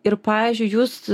ir pavyzdžiui jūs